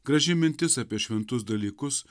graži mintis apie šventus dalykus